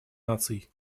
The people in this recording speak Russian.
наций